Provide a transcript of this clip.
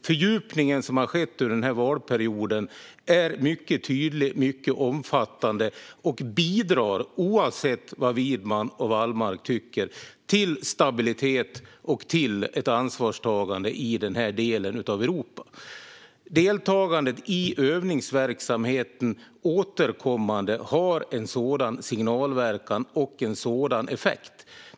Fördjupningen som har skett under den här valperioden är mycket tydlig och mycket omfattande, och den bidrar - oavsett vad Widman och Wallmark tycker - till stabilitet och ett ansvarstagande i den här delen av Europa. Det återkommande deltagandet i övningsverksamheten har en sådan signalverkan och en sådan effekt.